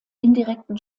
indirekten